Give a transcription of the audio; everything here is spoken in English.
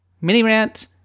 Mini-rant